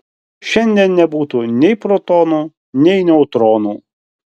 šiandien nebūtų nei protonų nei neutronų